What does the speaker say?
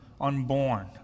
unborn